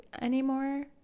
anymore